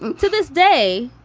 to this day,